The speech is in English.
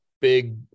big